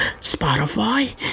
Spotify